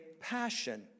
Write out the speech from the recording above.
Passion